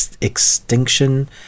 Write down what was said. Extinction